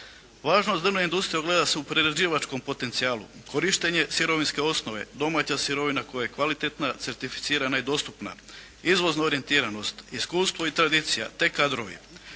Važnost drvne industrije ogleda se u prerađivačkom potencijalu. Korištenje sirovinske osnove, domaća sirovina koja je kvalitetna, certificirana i dostupna, izvozna orijentiranost, iskustvo i tradicija te kadrovi.